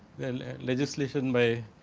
well legislation by